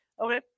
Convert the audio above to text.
Okay